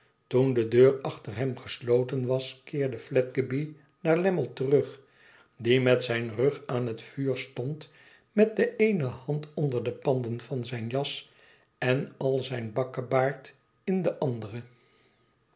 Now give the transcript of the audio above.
toen de deur achter hem gesloten was keerde fledgeby naar lammie terug die met zijn rug aan het vuur stond mét de eene hand onder de panden van zijn jas en al zijn bakkebaard in de andere